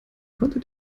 konnte